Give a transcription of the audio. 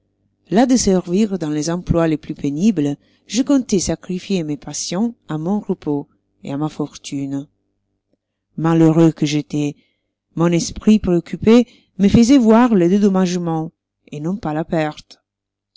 las de servir dans les emplois les plus pénibles je comptai sacrifier mes passions à mon repos et à ma fortune malheureux que j'étois mon esprit préoccupé me faisoit voir le dédommagement et non pas la perte